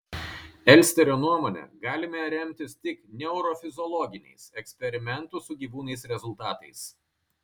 elsterio nuomone galime remtis tik neurofiziologiniais eksperimentų su gyvūnais rezultatais